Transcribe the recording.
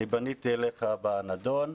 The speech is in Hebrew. אני פניתי אליך בנדון,